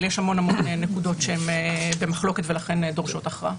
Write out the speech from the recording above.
אבל יש המון המון נקודות שבמחלוקת ולכן דורשות הכרעה.